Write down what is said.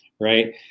right